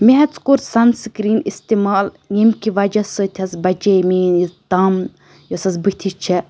مےٚ حظ کوٚر سَن سِکریٖن استعمال ییٚمہِ کہِ وجہ سۭتۍ حظ بَچے میٲنۍ تَم یۄس حظ بٕتھِس چھےٚ